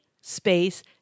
space